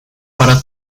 para